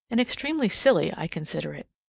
and extremely silly i consider it.